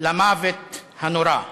למוות הנורא.